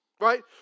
Right